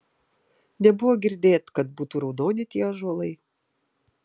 nebuvo girdėt kad būtų raudoni tie ąžuolai